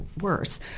worse